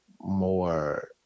more